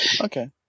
Okay